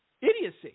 idiocy